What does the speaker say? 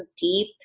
deep